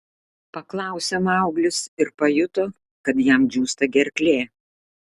paklausė mauglis ir pajuto kad jam džiūsta gerklė